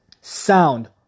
Sound